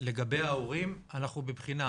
לגבי ההורים אנחנו בבחינה,